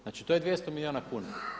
Znači to j 200 milijuna kuna.